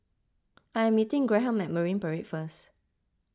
I am meeting Graham Marine Parade first